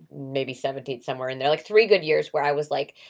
maybe seventeen somewhere in there like three good years where i was like,